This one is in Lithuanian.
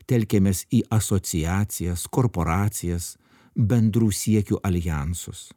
telkėmės į asociacijas korporacijas bendrų siekių aljansus